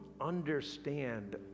understand